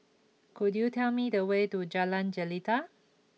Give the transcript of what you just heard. could you tell me the way to Jalan Jelita